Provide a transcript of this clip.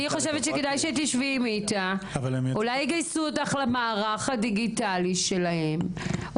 תשבי עם איטה ואולי יגייסו אותך למערך הדיגיטלי שלהם.